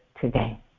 today